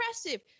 impressive